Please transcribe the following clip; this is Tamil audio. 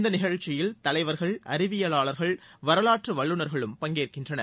இந்த நிகழ்ச்சியில் தலைவர்கள் அறிவியலாளர்கள் வரலாற்று வல்லுநர்களும பங்கேற்கின்றனர்